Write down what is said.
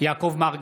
יעקב מרגי,